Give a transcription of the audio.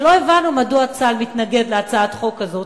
לא הבנו מדוע צה"ל מתנגד להצעת החוק הזאת,